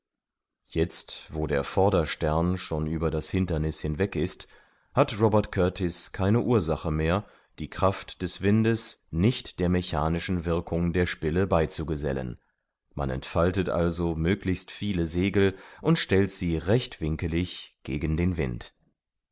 jetzt wo der vorderstern schon über das hinderniß hinweg ist hat robert kurtis keine ursache mehr die kraft des windes nicht der mechanischen wirkung der spille beizugesellen man entfaltet also möglichst viele segel und stellt sie rechtwinkelig gegen den wind